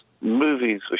movies